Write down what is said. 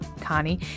Connie